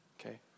okay